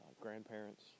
grandparents